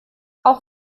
auch